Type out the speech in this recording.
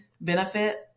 benefit